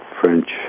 French